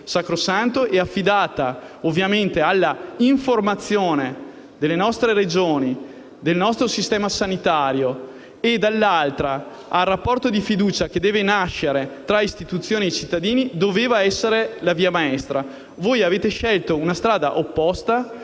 sacrosanto e, ovviamente affidata all'informazione delle nostre Regioni, del nostro sistema sanitario e anche al rapporto di fiducia che deve nascere tra istituzioni e cittadini, doveva rappresentare la via maestra. Voi avete scelto una strada opposta,